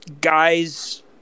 guys